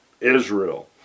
Israel